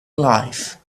life